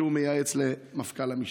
שהוא מייעץ למפכ"ל המשטרה.